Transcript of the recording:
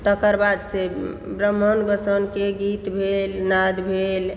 तकर बाद से ब्राम्हण गोसाउनिके गीत भेल नाद भेल